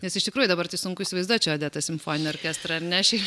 nes iš tikrųjų dabar tai sunku įsivaizduoti čia odeta simfoninį orkestrą ar ne